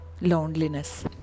Loneliness